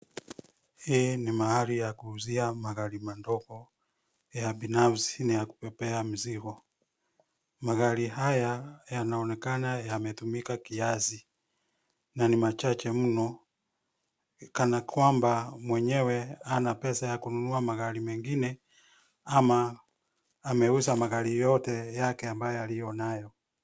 Hii ni mahali ya kuuzia magari madogo ya binafsi na ya kubebea mzigo. Magari haya yanaonekana yametumika kiasi na ni machache mno kanakwamba mwenyewe hana pesa ya kununua magari mengine ama ameuza magari yote yake ambayo aliyonayo.